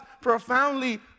profoundly